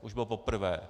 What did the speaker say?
To už bylo poprvé.